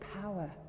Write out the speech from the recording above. power